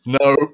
No